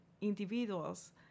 individuals